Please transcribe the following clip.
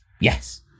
Yes